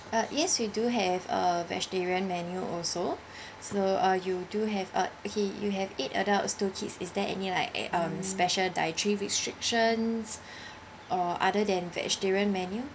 uh yes we do have uh vegetarian menu also so uh you do have uh okay you have eight adults two kids is there any like a um special dietary restrictions or other than vegetarian menu